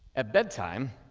at bedtime,